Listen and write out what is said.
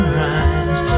rhymes